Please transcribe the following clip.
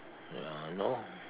ya you know